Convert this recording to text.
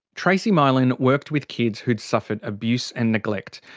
tracey mylan worked with kids who'd suffered abuse and neglect.